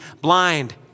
blind